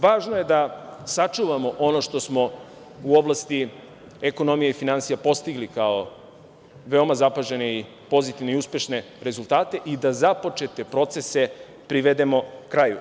Važno je da sačuvamo ono što smo u oblasti ekonomije i finansija postigli, kao veoma zapažene, pozitivne i uspešne rezultate i da započete procese privedemo kraju.